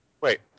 Wait